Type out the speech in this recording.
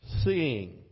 seeing